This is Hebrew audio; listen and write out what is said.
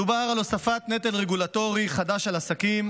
מדובר על הוספת נטל רגולטורי חדש על עסקים,